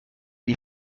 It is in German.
die